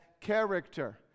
character